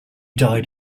died